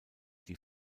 die